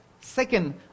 Second